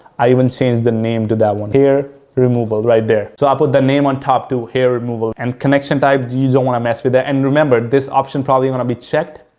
i even change the name to that one, hair removal right there. so, i put the name on top to hair removal. and connection type, you don't want to mess with it. and remember, this option probably going to be checked,